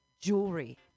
jewelry